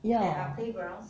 ya